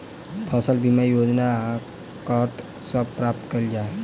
फसल बीमा योजना कतह सऽ प्राप्त कैल जाए?